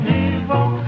evil